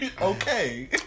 Okay